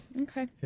Okay